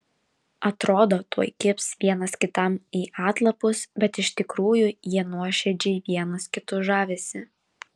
atrodo tuoj kibs vienas kitam į atlapus bet iš tikrųjų jie nuoširdžiai vienas kitu žavisi